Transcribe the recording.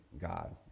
God